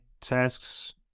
tasks